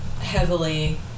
heavily